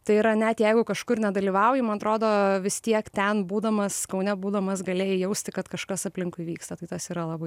tai yra net jeigu kažkur nedalyvauji man atrodo vis tiek ten būdamas kaune būdamas galėjai jausti kad kažkas aplinkui vyksta tai tas yra labai